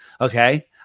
Okay